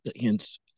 hence